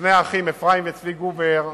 שני האחים אפרים וצבי גובר,